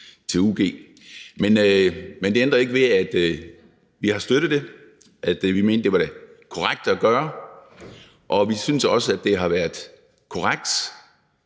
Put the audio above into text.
til ug. Men det ændrer ikke ved, at vi har støttet det, og at vi mente, det var det korrekte at gøre, og vi synes også, at det har været korrekt